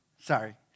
sorry